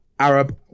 Arab